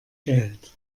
geld